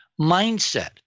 mindset